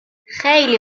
خیلی